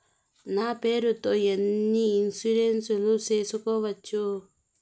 నా పేరుతో ఎన్ని ఇన్సూరెన్సులు సేసుకోవచ్చు?